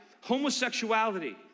homosexuality